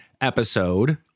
episode